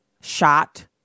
shot